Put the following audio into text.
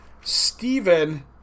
Stephen